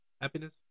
happiness